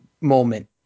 moment